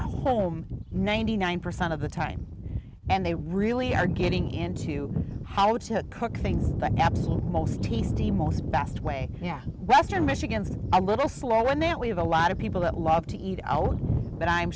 home ninety nine percent of the time and they really are getting into how to cook things that most tasty most best way yeah western michigan is a little slow in that we have a lot of people that love to eat out but i'm